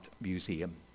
museum